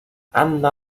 anna